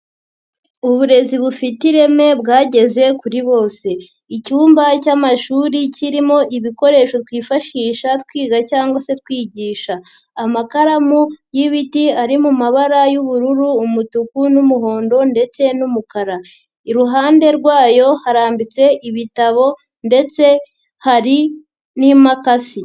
Uburezi bufite ireme bwageze kuri bose, icyumba cy'amashuri kirimo ibikoresho twifashisha twiga cyangwa se twigisha, amakaramu y'ibiti ari mu mabara y'ubururu, umutuku n'umuhondo ndetse n'umukara, iruhande rwayo harambitse ibitabo ndetse hari n'imakasi.